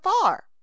far